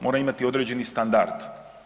Mora imati određeni standard.